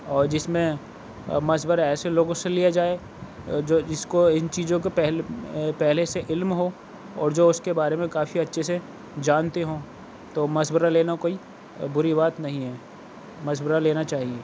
اور جس میں مشورہ ایسے لوگوں سے لیا جائے جو جس کو ان چیزوں کا پہلے پہلے سے علم ہو اور جو اس کے بارے میں کافی اچھے سے جانتے ہوں تو مشورہ لینا کوئی بری بات نہیں ہے مشورہ لینا چاہیے